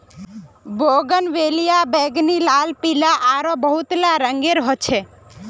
bougainvillea बैंगनी, लाल, पीला आरो बहुतला रंगेर ह छे